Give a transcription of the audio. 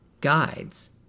Guides